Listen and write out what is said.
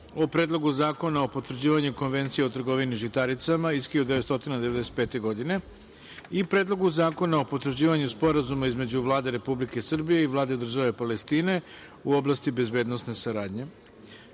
o: Predlogu zakona o potvrđivanju Konvencije o trgovini žitaricama iz 1995. godine i Predlogu zakona o potvrđivanju Sporazuma između Vlade Republike Srbije i Vlade Države Palestine u oblasti bezbednosne saradnje;